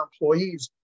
employees